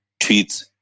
tweets